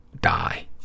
die